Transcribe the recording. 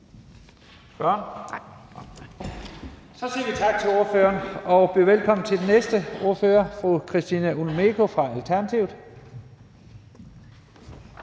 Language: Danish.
Så siger vi tak til ordføreren og byder velkommen til den næste ordfører, fru Christina Olumeko fra Alternativet.